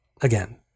again